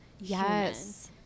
Yes